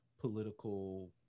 political